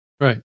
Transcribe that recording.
Right